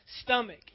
stomach